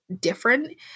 different